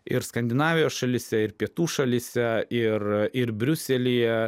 ir skandinavijos šalyse ir pietų šalyse ir ir briuselyje